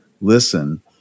listen